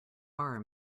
are